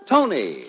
Tony